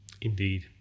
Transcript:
indeed